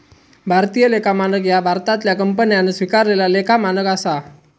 भारतीय लेखा मानक ह्या भारतातल्या कंपन्यांन स्वीकारलेला लेखा मानक असा